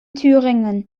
thüringen